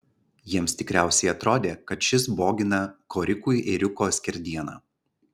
jiems tikriausiai atrodė kad šis bogina korikui ėriuko skerdieną